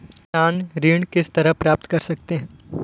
किसान ऋण किस तरह प्राप्त कर सकते हैं?